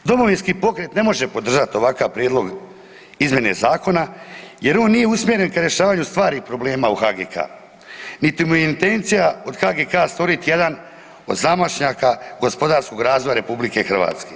Domovinski pokret ne može podržati ovakav prijedlog izmjene Zakona jer on nije usmjeren k rješavanju stvarnih problema u HGK-a, niti mu je intencija od HGK-a stvoriti jedan od zamašnjaka gospodarskog razvoja Republike Hrvatske.